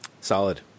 Solid